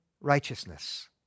righteousness